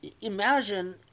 imagine